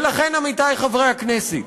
ולכן, עמיתי חברי הכנסת,